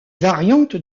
variantes